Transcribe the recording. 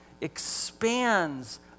expands